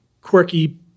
quirky